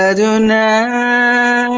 Adonai